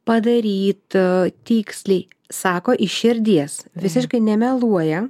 padaryt tiksliai sako iš širdies visiškai nemeluoja